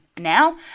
now